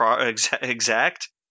exact